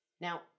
Now